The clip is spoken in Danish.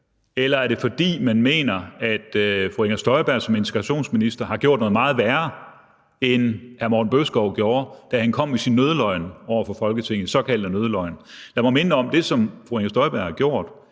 eller er det, fordi man mener, at fru Inger Støjberg som integrationsminister har gjort noget meget værre, end hr. Morten Bødskov gjorde, da han kom med sin såkaldte nødløgn over for Folketinget? Lad mig minde om, at det, som fru Inger Støjberg har gjort,